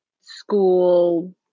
school